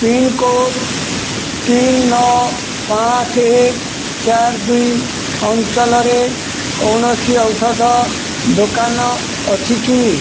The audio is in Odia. ପିନ୍କୋଡ଼୍ ତିନି ନଅ ପାଞ୍ଚ ଏକ ଚାରି ଦୁଇ ଅଞ୍ଚଳରେ କୌଣସି ଔଷଧ ଦୋକାନ ଅଛି କି